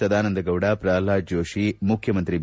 ಸದಾನಂದ ಗೌದ ಪ್ರಲ್ಹಾದ್ ಜೋಡಿ ಮುಖ್ಯಮಂತ್ರಿ ಬಿ